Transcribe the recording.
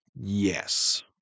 yes